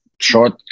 short